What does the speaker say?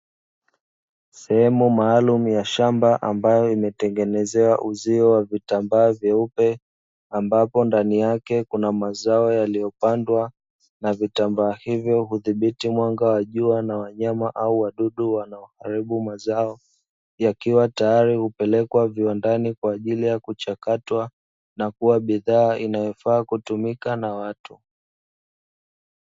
Sehemu maalumu ya shamba ambayo imetengenezewa uzio wa vitambaa vyeupe ambapo ndani yake kuna mazao yaliyopandwa, na vitambaa hivyo hidhibiti mwanga wa jua na wanyama ama wadudu wanao haribu mazao, yakiwa tayari hupelekwa viwandani kwaajili ya kuchakatwa na kuwa bidhaa inayofaa kutumika na watu.